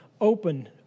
open